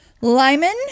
Lyman